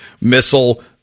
missile